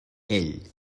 ell